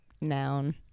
noun